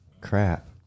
crap